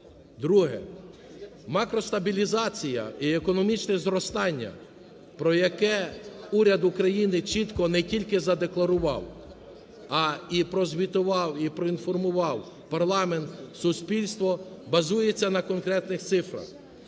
Друге.Макростабілізація і економічне зростання, про яке уряд України чітко не тільки задекларував, а і прозвітував, і проінформував парламент, суспільство базується на конкретних цифрах.